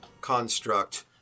construct